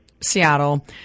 Seattle